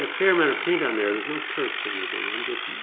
ah fair amount of paint on there, there's no terps or anything i'm just